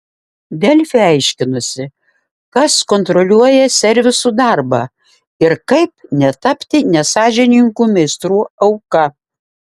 delfi aiškinosi kas kontroliuoja servisų darbą ir kaip netapti nesąžiningų meistrų auka